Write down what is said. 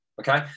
okay